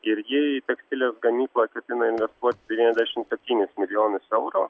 ir jie į tekstilės gamyklą ketina investuot devyniasdešim septynis milijonus eurų